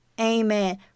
Amen